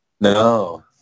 No